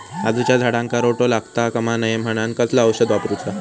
काजूच्या झाडांका रोटो लागता कमा नये म्हनान कसला औषध वापरूचा?